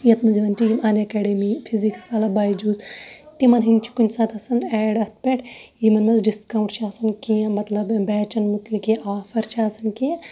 یَتھ منٛز یِوان چھِ یِم اَن ایکیڈمی فزیکٕس اَلگ بایجوٗز تِمن ہٕندۍ چھِ کُنہِ ساتہٕ آسان ایڈ اَتھ پٮ۪ٹھ یِمن مَنٛز ڈسکاونٹ چھُ آسان کیٚنٛہہ مطلب بیچَن مُتلق ییٚلہِ آفَر چھِ آسان کیٚنٛہہ